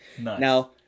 Now